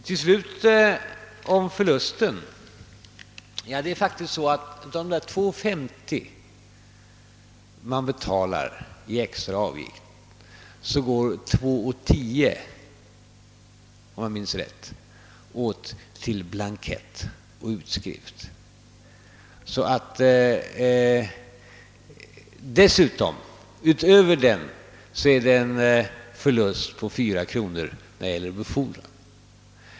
Beträffande förlusten är det faktiskt så, att av de 2:50 som man betalar i extra avgift går, om jag minns rätt, 2:10 åt till blankett och utskrift. Bortsett härifrån är det alltså en förlust på 4 kronor när det gäller befordran.